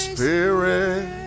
Spirit